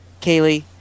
Kaylee